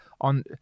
on